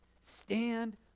stand